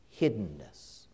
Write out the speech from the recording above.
hiddenness